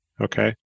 Okay